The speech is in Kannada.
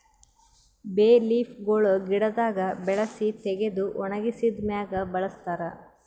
ಬೇ ಲೀಫ್ ಗೊಳ್ ಗಿಡದಾಗ್ ಬೆಳಸಿ ತೆಗೆದು ಒಣಗಿಸಿದ್ ಮ್ಯಾಗ್ ಬಳಸ್ತಾರ್